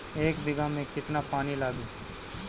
एक बिगहा में केतना पानी लागी?